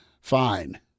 fine